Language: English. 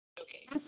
Okay